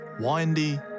windy